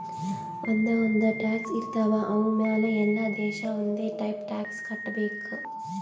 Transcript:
ಒಂದ್ ಒಂದ್ ಟ್ಯಾಕ್ಸ್ ಇರ್ತಾವ್ ಅವು ಮ್ಯಾಲ ಎಲ್ಲಾ ದೇಶ ಒಂದೆ ಟೈಪ್ ಟ್ಯಾಕ್ಸ್ ಕಟ್ಟಬೇಕ್